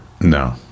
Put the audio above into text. No